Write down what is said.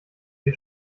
mir